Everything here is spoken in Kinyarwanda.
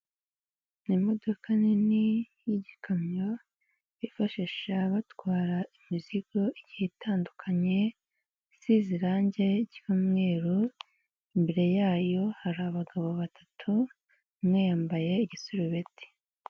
Ni imodoka nini y'igikamyo bifashisha batwara imizigo igiye itandukanye isize irangi ry'umweru, imbere yayo hari abagabo batatu umwe yambaye igiserubeti.